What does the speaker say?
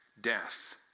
death